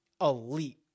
elite